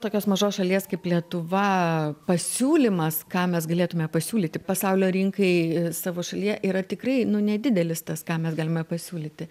tokios mažos šalies kaip lietuva pasiūlymas ką mes galėtume pasiūlyti pasaulio rinkai savo šalyje yra tikrai nu nedidelis tas ką mes galime pasiūlyti